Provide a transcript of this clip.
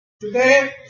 Today